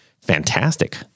fantastic